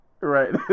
Right